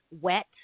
wet